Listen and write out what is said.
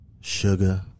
Sugar